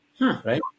right